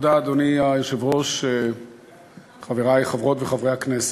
אדוני היושב-ראש, תודה, חברי חברות וחברי הכנסת,